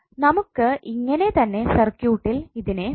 നമുക്ക് ഇങ്ങനെ തന്നെ സർക്യൂട്ടിൽ ഇതിനെ വെക്കണം